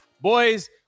Boys